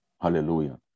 Hallelujah